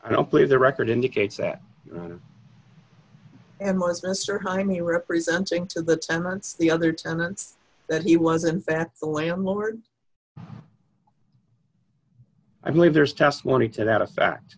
i don't play the record indicates that and my sister jaime representing the tenants the other tenants that he wasn't that the landlord i believe there is testimony to that effect